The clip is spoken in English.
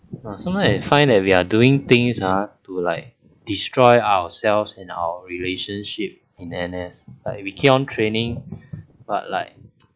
no sometimes I find that we are doing things ah to like destroy ourselves and our relationship in N_S like we keep on training but like